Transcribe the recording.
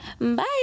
bye